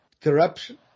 corruption